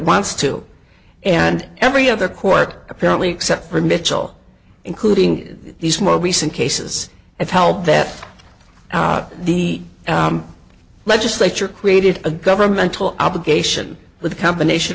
wants to and every other court apparently except for michel including these more recent cases have helped that the legislature created a governmental obligation with a combination